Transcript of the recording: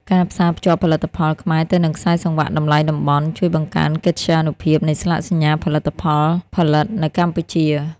ការផ្សារភ្ជាប់ផលិតផលខ្មែរទៅនឹងខ្សែសង្វាក់តម្លៃតំបន់ ជួយបង្កើនកិត្យានុភាពនៃស្លាកសញ្ញាផលិតផលផលិតនៅកម្ពុជា។